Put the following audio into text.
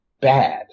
bad